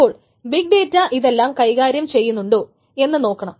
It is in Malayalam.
അപ്പോൾ ബിഗ് ഡേറ്റ ഇതെല്ലാം കൈകാര്യം ചെയ്യുന്നുണ്ടോ എന്ന് നോക്കണം